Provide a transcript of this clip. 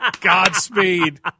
Godspeed